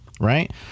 right